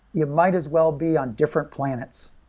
you might as well be on different planets.